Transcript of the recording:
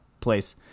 place